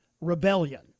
rebellion